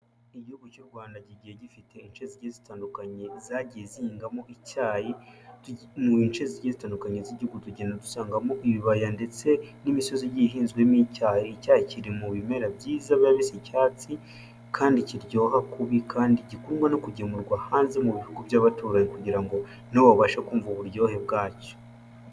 Igihugu cy'u Rwanda kigiye gifite ince zige zitandukanye zagiye zihingamo icyayi, mu nce zigiye zitandukanye z'igihugu tugenda dusangamo ibibaya ndetse n'imisozi ihinzwemo icyayi, icyayi kiri mu bimera byiza biba bisa icyatsi, kandi kiryoha kubi kandi gikundwa no kugemurwa hanze mu bihugu by'abaturanyi kugira ngo na bo babashe kumva uburyohe bwacyo.